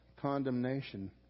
condemnation